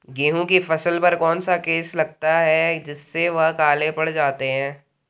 गेहूँ की फसल पर कौन सा केस लगता है जिससे वह काले पड़ जाते हैं?